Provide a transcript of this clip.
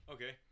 Okay